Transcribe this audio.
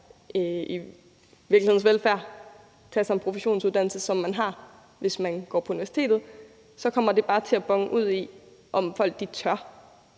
i virkelighedens velfærd og tage en professionsuddannelse, som man har, hvis man går på universitetet, så kommer det bare til at bone ud i, om folk tør